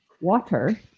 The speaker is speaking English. water